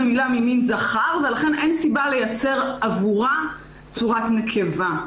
היא מילה ממין זכר ולכן אין סיבה לייצר עבורה צורת נקבה.